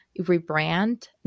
rebrand